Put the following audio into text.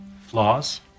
Flaws